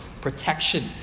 protection